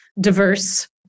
diverse